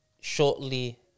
shortly